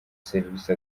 serivisi